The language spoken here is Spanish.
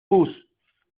pus